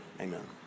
Amen